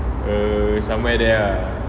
err somewhere there lah